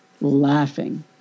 laughing